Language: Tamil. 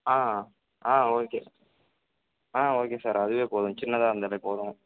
ஆ ஆ ஓகே ஆ ஓகே சார் அதுவே போதும் சின்னதாக இருந்தாலே போதும்